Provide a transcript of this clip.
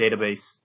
database